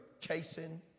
chasing